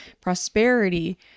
prosperity